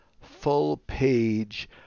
full-page